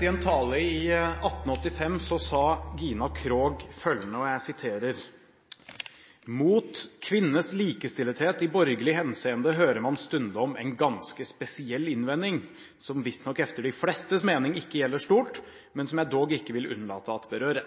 I en tale i 1885 sa Gina Krog følgende: «Mod kvindernes ligestillethed i borgerlig henseende hører, man stundom en ganske speciel indvending, som vistnok efter de flestes mening ikke gjælder stort, men som jeg dog ikke vil undlade at berøre.